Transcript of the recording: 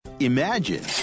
Imagine